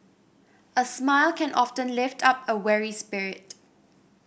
a smile can often lift up a weary spirit